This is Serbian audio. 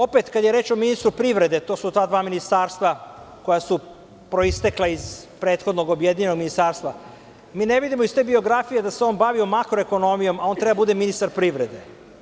Opet, kada je reč o ministru privrede, to su ta dva ministarstva koja su proistekla iz prethodnog objedinjenog ministarstva, mi ne vidimo iz te biografije da se on bavio makro ekonomijom, a on treba da bude ministar privrede.